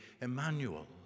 Emmanuel